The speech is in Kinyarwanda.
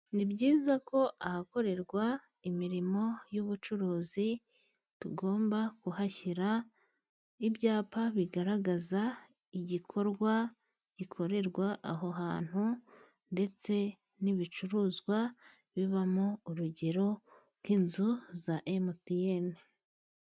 Ni byiza ko ahakorerwa imirimo y'ubucuruzi, tugomba kuhashyira ibyapa bigaragaza igikorwa gikorerwa aho hantu, ndetse n'ibicuruzwa bibamo. Urugero, nk'inzu za Emutiyeni.